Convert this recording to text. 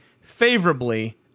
favorably